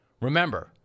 Remember